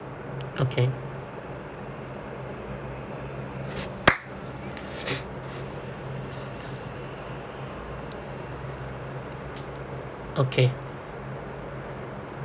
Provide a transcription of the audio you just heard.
okay okay